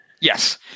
Yes